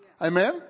Amen